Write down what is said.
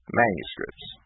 manuscripts